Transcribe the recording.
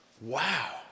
Wow